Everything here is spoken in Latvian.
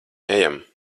ejam